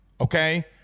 okay